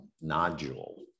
nodule